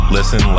Listen